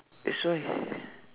that's why